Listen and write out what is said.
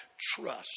trust